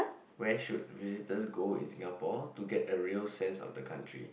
where should visitor go in Singapore to get a real sense of the country